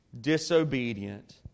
disobedient